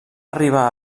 arribar